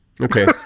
okay